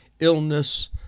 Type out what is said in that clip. Illness